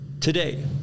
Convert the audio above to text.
today